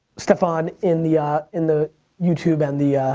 staphon, in the ah in the youtube and the,